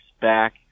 back